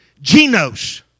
genos